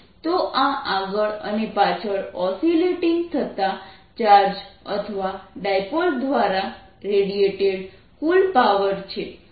તો આ આગળ અને પાછળ ઓસીલેટીંગ થતા ચાર્જ અથવા ડાયપોલ દ્વારા રેડિએટેડ કુલ પાવર છે